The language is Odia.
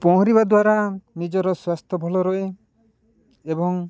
ପହଁରିବା ଦ୍ୱାରା ନିଜର ସ୍ୱାସ୍ଥ୍ୟ ଭଲ ରହେ ଏବଂ